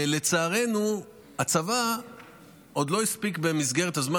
לצערנו, הצבא עוד לא הספיק במסגרת הזמן.